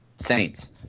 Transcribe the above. Saints